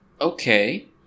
okay